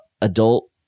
adult